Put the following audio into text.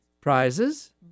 Prizes